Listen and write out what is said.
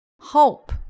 hope